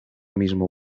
mismo